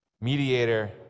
mediator